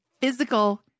physical